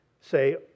say